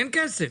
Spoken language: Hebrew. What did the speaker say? אין כסף.